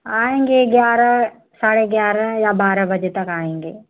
आएंगे ग्यारह साढ़े ग्यारह या बारह बजे तक आएंगे